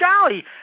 golly